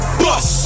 bus